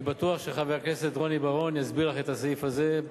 אני בטוח שחבר הכנסת רוני בר-און יסביר לך את הסעיף הזה,